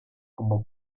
como